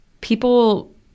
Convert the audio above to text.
people